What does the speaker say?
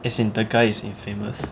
as in guy is infamous